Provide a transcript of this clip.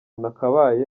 nakabaye